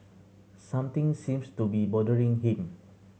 something seems to be bothering him